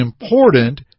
important